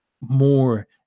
more